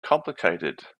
complicated